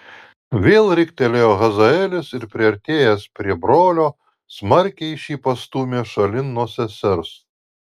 vėl riktelėjo hazaelis ir priartėjęs prie brolio smarkiai šį pastūmė šalin nuo sesers